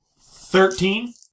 Thirteen